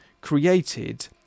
created